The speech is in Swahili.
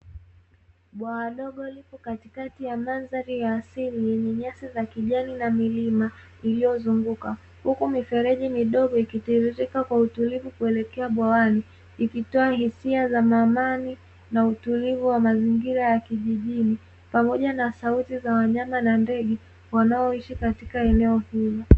Bwawa dogo lipo katika mandhari ya asili, lenye nyasi za kijani na milima iliyozuguka. Huku mifereji midogo ikitiririka kwa utulivu kuelekea bwawani, ikitoa hisia za amani na utulivu wa mazingira ya kijijini, pamoja na sauti za wanyama na ndege wanaoishi katika eneo hili.